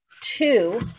two